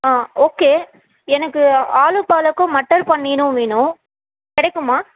ஆ okay எனக்கு ஆலு பாலக்கும் மட்டர் பன்னீரும் வேணும் கிடைக்குமா